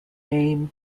name